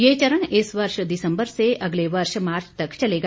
यह चरण इस वर्ष दिसंबर से अगले वर्ष मार्च तक चलेगा